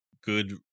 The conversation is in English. good